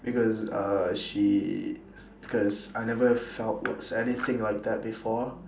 because uh she because I never felt what's anything like that before